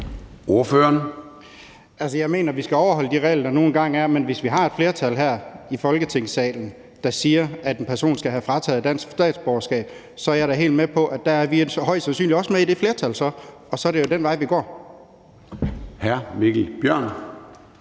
jeg mener, at vi skal overholde de regler, der nu engang er, men hvis vi har et flertal her i Folketingssalen, der siger, at en person skal have frataget sit danske statsborgerskab, så er vi højst sandsynligt også med i det flertal, og så er det jo den vej, vi går.